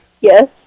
Yes